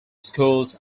schools